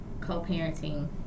co-parenting